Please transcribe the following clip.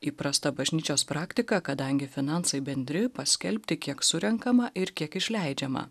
įprasta bažnyčios praktika kadangi finansai bendri paskelbti kiek surenkama ir kiek išleidžiama